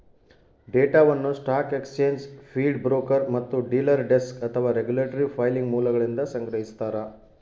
ಡೇಟಾವನ್ನು stock exchange feed broker ಮತ್ತು dealer desk ಅಥವಾ ರೆಗ್ಯುಲೇಟರಿ ಫೈಲಿಂಗ್ ಮೂಲಗಳಿಂದ ಸಂಗ್ರಹಿಸ್ತಾರ